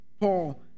Paul